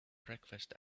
breakfast